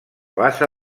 bassa